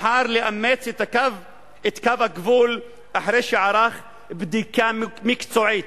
בחר לאמץ את קו הגבול אחרי שערך בדיקה מקצועית.